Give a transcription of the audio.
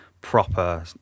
proper